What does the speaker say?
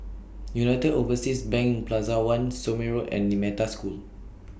United Overseas Bank Plaza one Somme Road and in Metta School